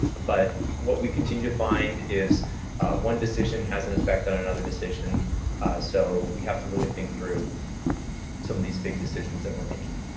but what we continue to find is one decision has an effect on another decision so we have to really think through some of these big decisions that we're making.